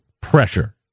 pressure